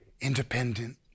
independent